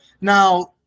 Now